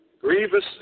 grievous